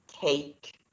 cake